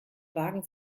wagen